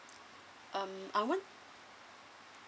um I won't